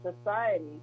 society